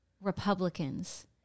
Republicans